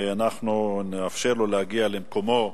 אנחנו נאפשר לו להגיע למקומו.